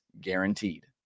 guaranteed